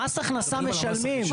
על מס הכנסה משלמים.